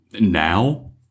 now